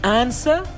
answer